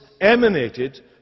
emanated